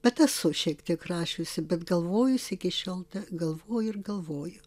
bet esu šiek tiek rašiusi bet galvojus iki šiol galvoju ir galvoju